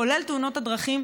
כולל תאונות הדרכים,